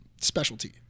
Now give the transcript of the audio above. specialty